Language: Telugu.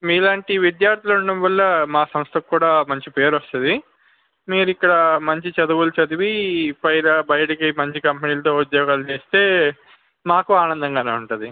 మీలాంటి విద్యార్థులు ఉండటం వల్ల మా సంస్థకి కూడా మంచి పేరు వస్తుంది మీరు ఇక్కడ మంచి చదువులు చదివి పైర బయటకి మంచి కంపెనీలతో ఉద్యోగాలు చేస్తే మాకు ఆనందంగానే ఉంటుంది